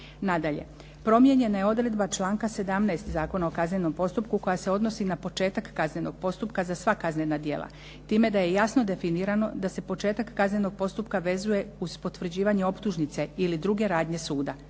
Nadalje, promijenjena je odredba članka 17. Zakona o kaznenom postupku koja se odnosi na početak kaznenog postupka za sva kaznena djela time da je jasno definirano da se početak kaznenog postupka vezuje uz potvrđivanje optužnice ili druge radnje suda.